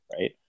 right